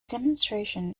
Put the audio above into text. demonstration